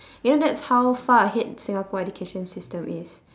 you know that's how far ahead singapore education system is